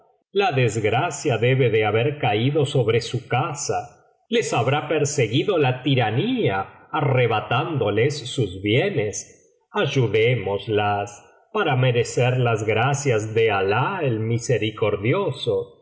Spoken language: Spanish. la desgracia debe de haber caído sobre su casa les habrá perseguido la tiranía arrebatándoles sus bienes ayudémoslas para merecer las gracias de alah el misericordioso y